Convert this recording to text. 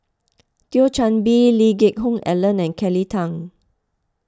Thio Chan Bee Lee Geck Hoon Ellen and Kelly Tang